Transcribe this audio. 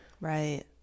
right